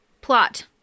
Plot